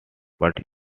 but